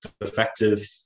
effective